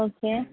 okay